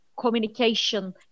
communication